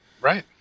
Right